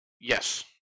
Yes